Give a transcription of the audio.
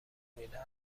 میدهد